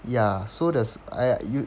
ya so the s~ !aiya! you